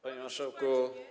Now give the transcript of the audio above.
Panie Marszałku!